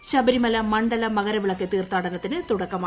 കേരളത്തിൽ ശബരിമല മണ്ഡല മകരവിളക്ക് തീർത്ഥാടനത്തിന് തുടക്കമായി